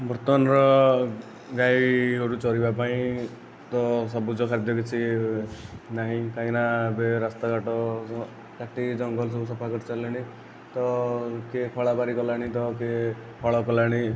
ବର୍ତ୍ତମାନର ଗାଈ ଗୋରୁ ଚରିବା ପାଇଁ ତ ସବୁଜ ଖାଦ୍ୟ କିଛି ନାହିଁ କାଇଁନା ଏବେ ରାସ୍ତା ଘାଟ କାଟିକି ଜଙ୍ଗଲ ସବୁ ସଫା କରି ସାରିଲେଣି ତ କିଏ ଖଳାବାରି କଲାଣି ତ କିଏ ହଳ କଲାଣି